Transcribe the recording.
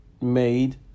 made